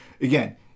again